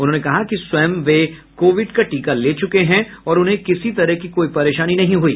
उन्होंने कहा कि स्वयं वे कोविड का टीका ले चुके हैं और उन्हें किसी तरह की कोई परेशानी नहीं हुई